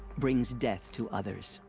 brings death to others.